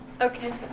okay